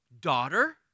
daughter